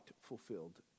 fulfilled